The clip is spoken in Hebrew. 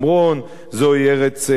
זוהי ארץ אבותינו